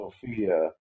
Sophia